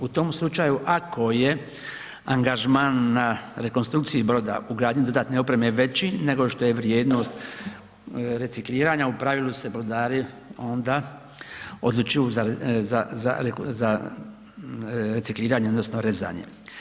U tom slučaju ako je angažman na rekonstrukciji broda u ugradnji dodatne opreme, veći nego što je vrijednost recikliranja, u pravilu se brodari onda odlučuju za recikliranje odnosno rezanje.